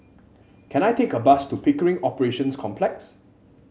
can I take a bus to Pickering Operations Complex